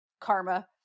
karma